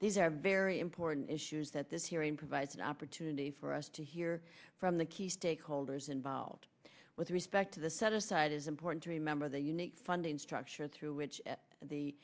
these are very important issues that this hearing provides an opportunity for us to hear from the key stakeholders involved with respect to the set aside is important to remember the unique funding structure through which the